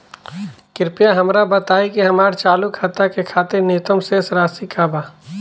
कृपया हमरा बताइ कि हमार चालू खाता के खातिर न्यूनतम शेष राशि का बा